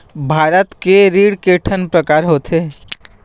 भारत के ऋण के ठन प्रकार होथे?